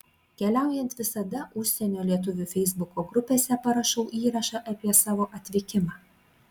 keliaujant visada užsienio lietuvių feisbuko grupėse parašau įrašą apie savo atvykimą